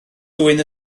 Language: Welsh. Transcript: ddwyn